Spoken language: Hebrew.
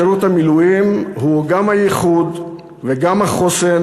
שירות המילואים הוא גם הייחוד וגם החוסן